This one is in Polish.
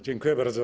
Dziękuję bardzo.